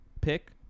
pick